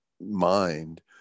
mind